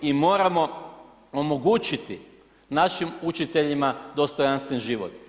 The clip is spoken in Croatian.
I moramo omogućiti našim učiteljima dostojanstven život.